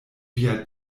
via